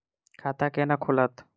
खाता केना खुलत?